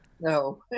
no